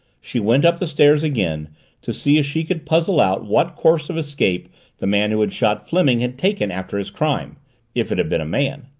she went up the stairs again to see if she could puzzle out what course of escape the man who had shot fleming had taken after his crime if it had been a man.